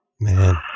Man